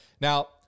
Now